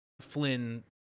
Flynn